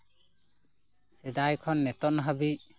ᱥᱮᱫᱟᱭ ᱠᱷᱚᱱ ᱱᱤᱛᱳᱝ ᱦᱟᱹᱵᱤᱡ